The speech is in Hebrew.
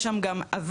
יש שם גם אבק,